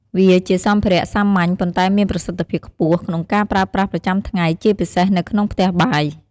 វាជាសម្ភារៈសាមញ្ញ ប៉ុន្តែមានប្រសិទ្ធភាពខ្ពស់ ក្នុងការប្រើប្រាស់ប្រចាំថ្ងៃ ជាពិសេសនៅក្នុងផ្ទះបាយ។